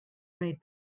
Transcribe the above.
made